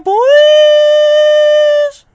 Boys